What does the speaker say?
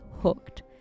hooked